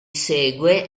segue